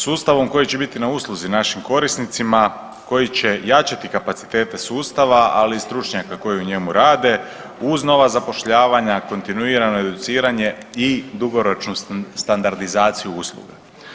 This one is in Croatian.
Sustavom koji će biti na usluzi našim korisnicima, koji će jačati kapacitete sustava, ali i stručnjaka koji u njemu rade uz nova zapošljavanja, kontinuirano educiranje i dugoročnu standardizaciju usluga.